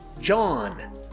John